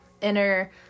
inner